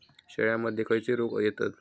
शेळ्यामध्ये खैचे रोग येतत?